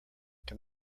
can